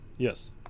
Yes